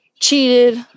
cheated